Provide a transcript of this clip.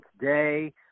today